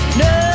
no